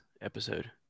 episode